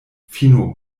fino